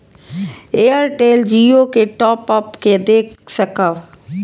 Airtel Jio के top up के देख सकब?